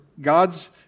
God's